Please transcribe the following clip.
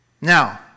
Now